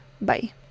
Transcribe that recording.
Bye